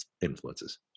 influences